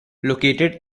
located